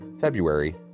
February